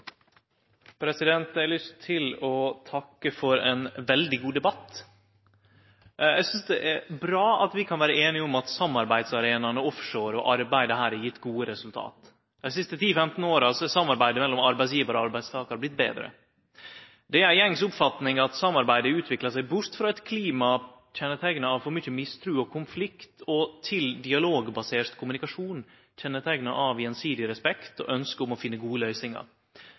Eg har lyst til å takke for ein veldig god debatt. Eg synest det er bra at vi kan vere einige om at samarbeidsarenaene offshore og arbeidet her har gjeve gode resultat. Dei siste 10–15 åra har samarbeidet mellom arbeidsgjevar og arbeidstakar vorte betre. Det er ei gjengs oppfatning at samarbeidet utviklar seg bort frå eit klima kjenneteikna av for mykje mistru og konflikt og til dialogbasert kommunikasjon, kjenneteikna av gjensidig respekt og ønske om å finne gode løysingar.